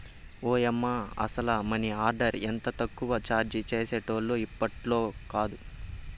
ఓయమ్మ, అసల money order ఎంత తక్కువ చార్జీ చేసేటోల్లో ఇప్పట్లాకాదు